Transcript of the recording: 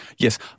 Yes